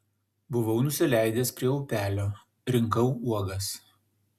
buvau nusileidęs prie upelio rinkau uogas